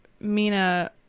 Mina